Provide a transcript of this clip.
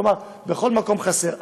כלומר בכל מקום חסר.